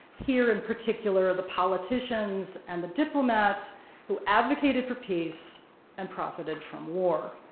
here in particular, the politicians and the diplomats who advocated for peace and profited from war.